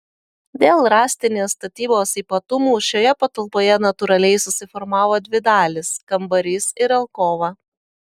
dėl rąstinės statybos ypatumų šioje patalpoje natūraliai susiformavo dvi dalys kambarys ir alkova